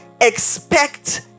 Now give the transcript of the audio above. expect